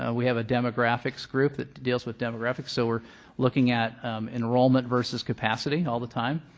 ah we have a demographics group that deals with demographics. so we're looking at enrollment versus capacity all the time.